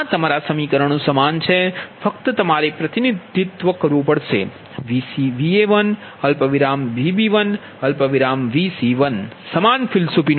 આ તમારા સમીકરણો સમાન છે ફક્ત તમારે પ્રતિનિધિત્વ કરવું પડશે Va1 Vb1 Vc1 સમાન ફિલસૂફીનું